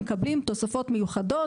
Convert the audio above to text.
הם מקבלים תוספות מיוחדות,